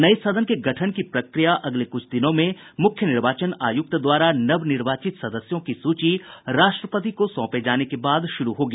नये सदन के गठन की प्रक्रिया अगले कुछ दिनों में मुख्य निर्वाचन आयुक्त द्वारा नवनिर्वाचित सदस्यों की सूची राष्ट्रपति को सौंपे जाने के बाद श्रू होगी